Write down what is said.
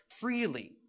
freely